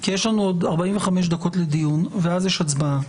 כי יש לנו עוד 45 דקות לדיון ואז יש הצבעה.